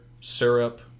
syrup